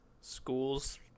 schools